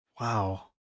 Wow